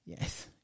Yes